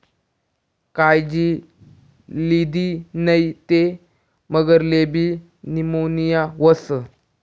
कायजी लिदी नै ते मगरलेबी नीमोनीया व्हस